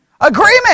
Agreement